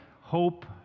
hope